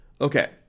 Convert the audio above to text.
Okay